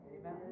Amen